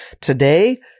Today